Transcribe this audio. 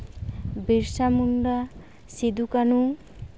Birsa Munda Sidhu Kanhu